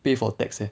pay for tax eh